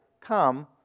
come